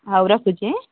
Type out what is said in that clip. ହେଉ ରଖୁଛି